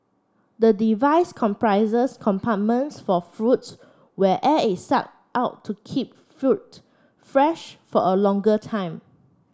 the device comprises compartments for fruits where air is sucked out to keep fruits fresh for a longer time